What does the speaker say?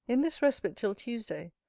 in this respite till tuesday,